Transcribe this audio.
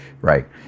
right